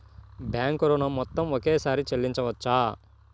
Bank ఋణం మొత్తము ఒకేసారి చెల్లించవచ్చా?